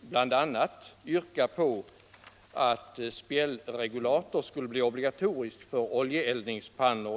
bl.a. yrka att spjällregulator skulle bli obligatorisk för oljeeldningspannor.